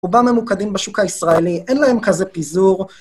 רובם ממוקדים בשוק הישראלי, אין להם כזה פיזור.